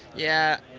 yeah,